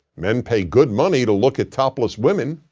men pay good money to look at topless women.